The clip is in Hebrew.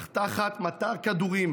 אך תחת מטר כדורים